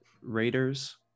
raiders